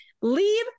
Leave